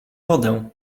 wodę